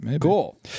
Cool